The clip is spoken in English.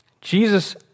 Jesus